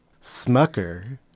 Smucker